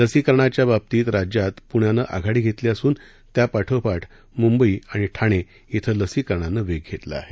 लसीकरणाच्या बाबतीत राज्यात पुण्यानं आघाडी घेतली असून त्यापाठोपाठ मुंबई आणि ठाणे श्विं लसीकरणानं वेग घेतला आहे